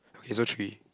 okay so three